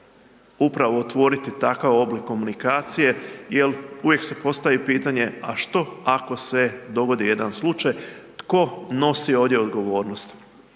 upravo otvoriti takav oblik komunikacije jel uvijek se postavi pitanje, a što ako se dogodi jedan slučaj, tko nosi ovdje odgovornost.